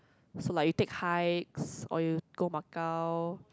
so like you take hikes or you go Macau